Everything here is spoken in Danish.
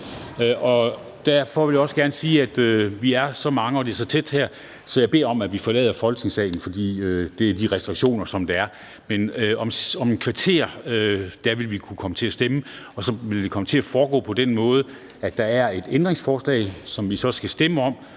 Derfor vil jeg også gerne sige, at vi er så mange og står så tæt her, så jeg beder om, at vi forlader Folketingssalen. Det er de restriktioner, der er. Men om et kvarter vil vi kunne komme til at stemme, og så vil det komme til at foregå på den måde, at der er et ændringsforslag, som vi skal stemme om,